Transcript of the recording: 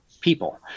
people